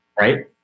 right